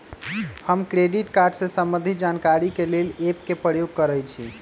हम credit card से संबंधित जानकारी के लेल एप के प्रयोग करइछि